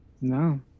No